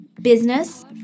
business